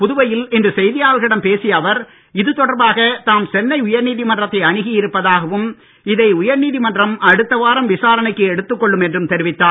புதுவையில் இன்று செய்தியாளர்களிடம் பேசிய அவர் இது தொடர்பாக தாம் சென்னை உயர்நீதிமன்றத்தை அணுகி இருப்பதாகவும் இதை உயர் நீதிமன்றம் அடுத்த வாரம் விசாரணைக்கு எடுத்துக் கொள்ளும் என்றும் தெரிவித்தார்